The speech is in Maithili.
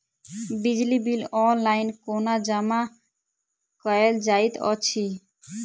बिजली बिल ऑनलाइन कोना जमा कएल जाइत अछि?